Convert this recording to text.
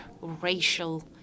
racial